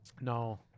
No